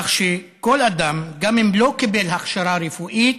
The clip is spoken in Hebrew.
כך שכל אדם, גם אם לא קיבל הכשרה רפואית,